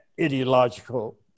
ideological